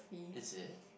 is it